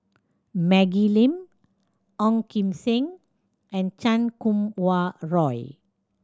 Maggie Lim Ong Kim Seng and Chan Kum Wah Roy